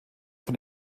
von